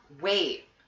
Wait